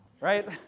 Right